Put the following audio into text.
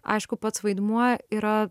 aišku pats vaidmuo yra